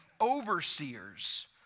overseers